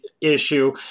issue